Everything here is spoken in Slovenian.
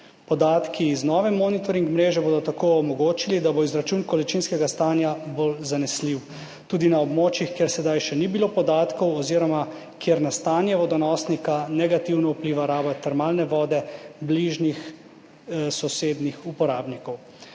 Podatki iz nove monitoring mreže bodo tako omogočili, da bo izračun količinskega stanja bolj zanesljiv tudi na območjih, kjer sedaj še ni bilo podatkov oziroma kjer na stanje vodonosnika negativno vpliva raba termalne vode bližnjih, sosednjih uporabnikov.